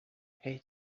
pay